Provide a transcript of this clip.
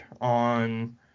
on